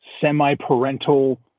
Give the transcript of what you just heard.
semi-parental